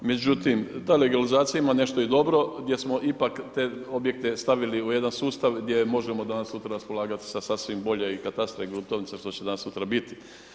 Međutim, ta legalizacija ima nešto i dobro, gdje smo ipak te objekte stavili u jedan sustav gdje možemo danas sutra raspolagati sa sasvim bolje i katastra i gruntovnica, što će danas sutra biti.